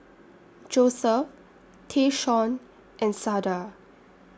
Joseph Tayshaun and Sada